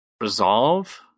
resolve